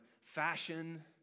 fashion